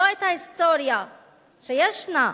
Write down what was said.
לא את ההיסטוריה שישנה.